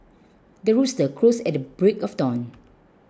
the rooster crows at the break of dawn